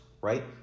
right